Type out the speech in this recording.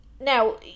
Now